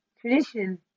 Tradition